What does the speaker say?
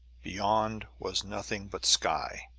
beyond was nothing but sky